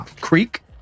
Creek